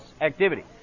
activity